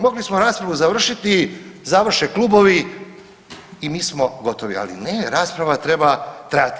Mogli smo raspravu završiti, završe klubovi i mi smo gotovi, ali ne, rasprava treba trajati.